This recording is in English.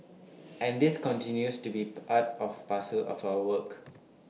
and this continues to be part of parcel of our work